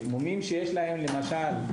למשל,